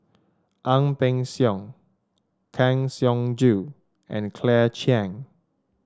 Ang Peng Siong Kang Siong Joo and Claire Chiang